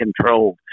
controlled